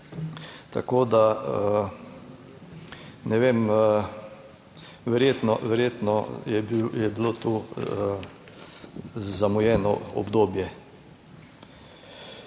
Tako, da ne vem, verjetno, verjetno je bilo to zamujeno obdobje.